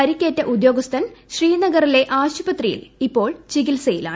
പരിക്കേറ്റ ഉദ്യോഗസ്ഥൻ ശ്രീനഗറിലെ ആശുപത്രിയിൽ ഇപ്പോൾ ചികിത്സയിലാണ്